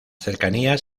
cercanías